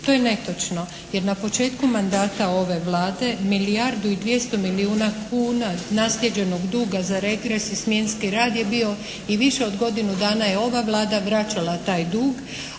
To je netočno. Jer na početku mandata ove Vlade, milijardu i 200 milijuna kuna nasljeđenog duga za regres i smjenski rad je bio i više od godinu dana je ova Vlada vraćala taj dug.